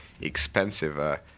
expensive